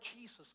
Jesus